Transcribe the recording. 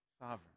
sovereign